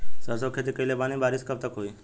सरसों के खेती कईले बानी बारिश कब तक होई?